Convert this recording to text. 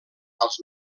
als